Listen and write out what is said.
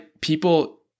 people